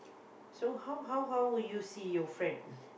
so how how how would you see your friend